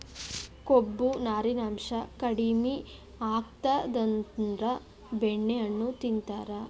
ಕೊಬ್ಬು, ನಾರಿನಾಂಶಾ ಕಡಿಮಿ ಆಗಿತ್ತಂದ್ರ ಬೆಣ್ಣೆಹಣ್ಣು ತಿಂತಾರ